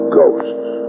ghosts